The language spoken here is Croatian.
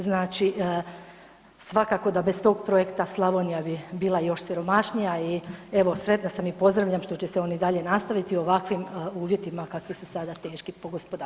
Znači svakako da bez tog projekta Slavonija bi bila još siromašnija i evo sretna sam i pozdravljam što će se on i dalje nastaviti u ovakvim uvjetima kakvi su sada teški po gospodarstvo.